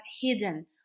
hidden